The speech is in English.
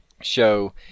show